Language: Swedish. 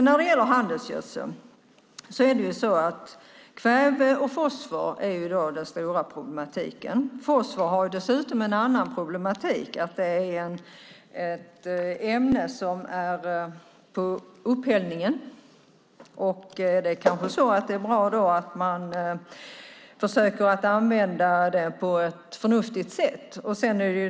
När det gäller handelsgödseln är kväve och fosfor det stora problemet. Fosfor har dessutom en annan problematik. Det är ett ämne som är på upphällning. Det är kanske bra att man försöker använda det på ett förnuftigt sätt.